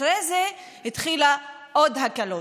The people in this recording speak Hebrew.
אחרי זה התחילו עוד הקלות.